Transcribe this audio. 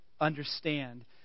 understand